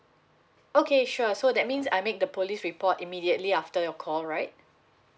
okay sure so that means I make the police report immediately after your call right